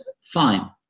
fine